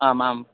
आम् आम्